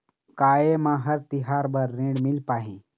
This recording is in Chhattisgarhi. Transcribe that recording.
का ये म हर तिहार बर ऋण मिल पाही?